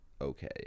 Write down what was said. okay